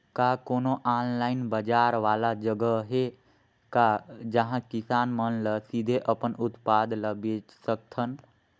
का कोनो ऑनलाइन बाजार वाला जगह हे का जहां किसान मन ल सीधे अपन उत्पाद ल बेच सकथन?